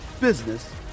business